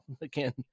again